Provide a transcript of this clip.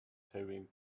having